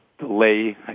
delay